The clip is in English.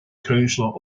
councillor